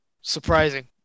Surprising